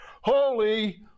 Holy